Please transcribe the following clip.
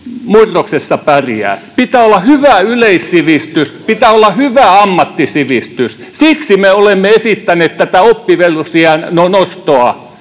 murroksessa pärjää: pitää olla hyvä yleissivistys, pitää olla hyvä ammattisivistys. Siksi me olemme esittäneet tätä oppivelvollisuusiän nostoa,